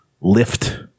Lift